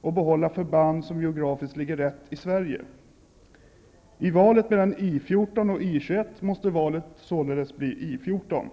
och därmed behålla förband som ligger geografiskt rätt i Sverige. I valet mellan I 14 och I 21 måste beslutet således bli I 14.